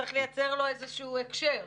צריך לייצר לו איזה שהוא הקשר.